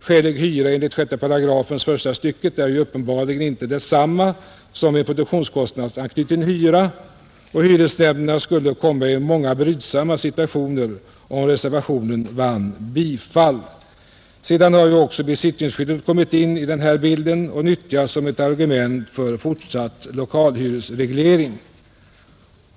Skälig hyra enligt 6 § första stycket är uppenbarligen inte detsamma som en produktionskostnadsanknuten hyra, och hyresnämnderna skulle råka i många brydsamma situationer om reservationen vann bifall. Sedan har också besittningsskyddet kommit in i bilden och nyttjas som ett argument för fortsatt lokalhyresreglering.